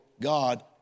God